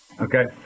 Okay